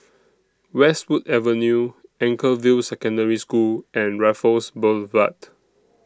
Westwood Avenue Anchorvale Secondary School and Raffles Boulevard